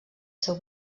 seu